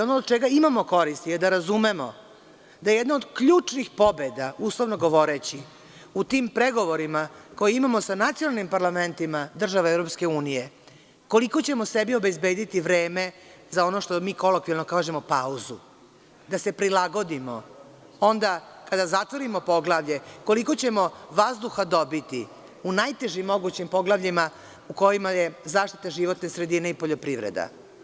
Ono od čega imamo koristi je da razumemo da jedna od ključnih pobeda, uslovno govoreći, u tim pregovorima koje imamo sa nacionalnim parlamentima država EU, koliko ćemo sebi obezbediti vreme za ono što mi kolokvijalno kažemo – pauzu; da se prilagodimo onda kada zatvorimo poglavlje koliko ćemo vazduha dobiti u najtežim mogućim poglavljima u kojima je zaštita životne sredine i poljoprivreda.